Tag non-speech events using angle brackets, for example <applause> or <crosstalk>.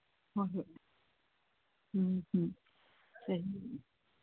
ꯍꯣꯏ ꯍꯣꯏ ꯎꯝ ꯎꯝ <unintelligible>